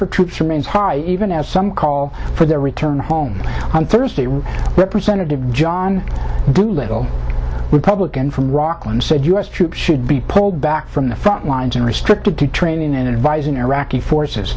for troops remains high even as some call for their return home on thursday representative john doolittle republican from rockland said u s troops should be pulled back from the frontlines and restricted to training and advising iraqi forces